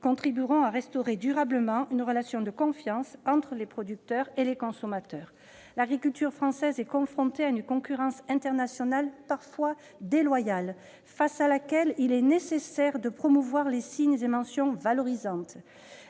-contribueront à restaurer durablement une relation de confiance entre les producteurs et les consommateurs. L'agriculture française est confrontée à une concurrence internationale, parfois déloyale, face à laquelle il est nécessaire de promouvoir les signes et mentions valorisantes.